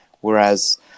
whereas